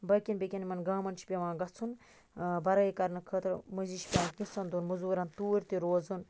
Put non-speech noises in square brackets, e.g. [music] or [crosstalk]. باقیَن بیٚکٮ۪ن یِمَن گامَن چھ پیٚوان گَژھُن بَرٲے کَرنہٕ خٲطرٕ مٔنزی چھ پیٚوان [unintelligible] دۄہَن مٔزورَن توٗرۍ تہِ روزُن